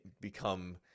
become